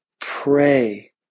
pray